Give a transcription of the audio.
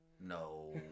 No